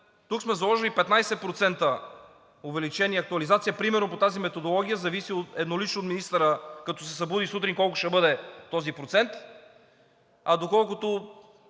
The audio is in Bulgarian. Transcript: Тук сме заложили 15% увеличение, актуализация – примерно по тази методология зависи еднолично от министъра, като се събуди сутрин, колко ще бъде този процент. Доколкото